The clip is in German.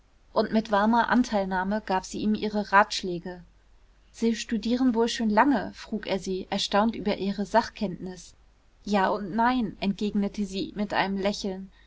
und mit warmer anteilnahme gab sie ihm ihre ratschläge sie studieren wohl schon lange frug er sie erstaunt über ihre sachkenntnis ja und nein entgegnete sie mit einem lächeln